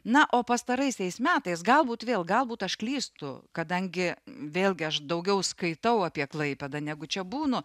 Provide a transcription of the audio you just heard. na o pastaraisiais metais galbūt vėl galbūt aš klystu kadangi vėlgi aš daugiau skaitau apie klaipėdą negu čia būnu